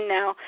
now